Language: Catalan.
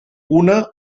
una